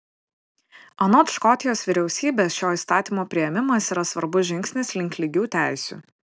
anot škotijos vyriausybės šio įstatymo priėmimas yra svarbus žingsnis link lygių teisių